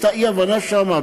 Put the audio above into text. הייתה אי-הבנה שם.